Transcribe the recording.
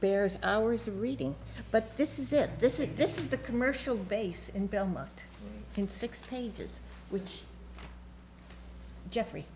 bears hours reading but this is it this is this is the commercial base in belmont in six pages which jeffrey